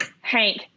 Hank